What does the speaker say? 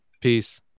Peace